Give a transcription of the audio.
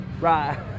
Right